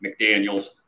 McDaniels